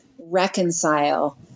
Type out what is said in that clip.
reconcile